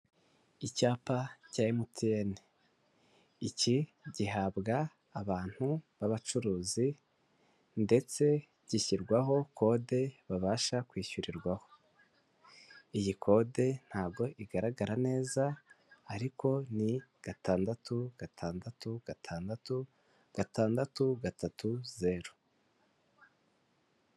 Icyapa cya MTN, iki gihabwa abantu b'abacuruzi, ndetse gishyirwaho kode babasha kwishyurirwaho, iyi kode ntabwo igaragara neza, ariko ni gatandatu, gatandatu, gatandatu, gatandatu, gatatu, zeru.